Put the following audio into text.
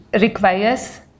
requires